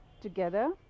together